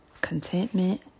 contentment